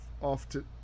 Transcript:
often